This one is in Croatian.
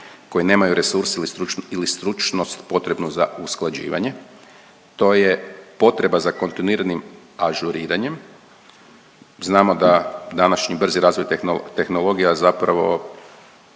koji nemaju resurse ili stručnu, ili stručnost potrebnu za usklađivanje, to je potreba za kontinuiranim ažuriranjem. Znamo da današnji brzi razvoj tehno…, tehnologija zapravo